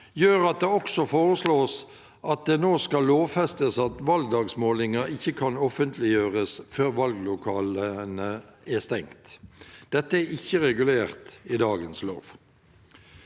gjør at det også foreslås at det nå skal lovfestes at valgdagsmålinger ikke kan offentliggjøres før valglokalene er stengt. Dette er ikke regulert i dagens lov.